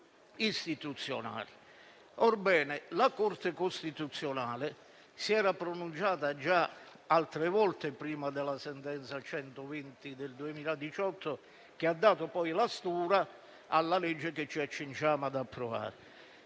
Orbene, la Corte costituzionale si era pronunciata già altre volte, prima della sentenza 120 del 2018, che ha dato poi la stura alla legge che ci accingiamo ad approvare.